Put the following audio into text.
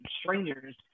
strangers